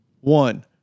One